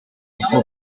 suo